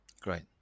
Great